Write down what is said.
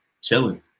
chilling